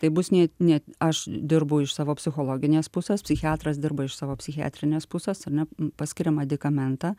tai bus nė ne aš dirbu iš savo psichologinės pusės psichiatras dirba iš savo psichiatrinės pusės ar ne paskiria madikamentą